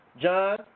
John